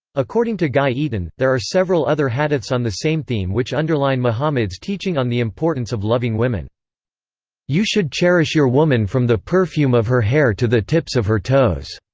according to gai eaton, there are several other hadiths on the same theme which underline muhammad's teaching on the importance of loving women you should cherish your woman from the perfume of her hair to the tips of her toes.